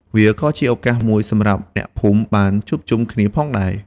វាក៏ជាឱកាសមួយសម្រាប់អ្នកភូមិបានជួបជុំគ្នាផងដែរ។